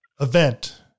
event